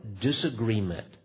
disagreement